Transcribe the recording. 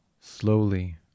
slowly